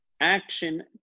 Action